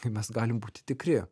tai mes galim būti tikri